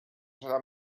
serà